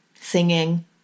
Singing